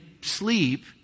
sleep